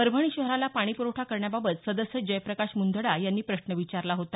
परभणी शहराला पाणी प्रवठा करण्याबाबत सदस्य जयप्रकाश मुंदडा यांनी प्रश्न विचारला होता